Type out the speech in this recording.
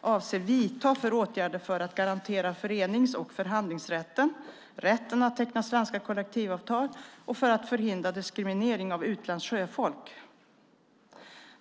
avser att vidta för åtgärder för att garantera förenings och förhandlingsrätten, rätten att teckna svenska kollektivavtal och för att förhindra diskriminering av utländskt sjöfolk.